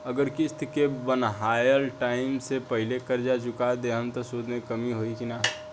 अगर किश्त के बनहाएल टाइम से पहिले कर्जा चुका दहम त सूद मे कमी होई की ना?